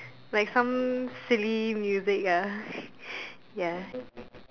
like some silly music ya ya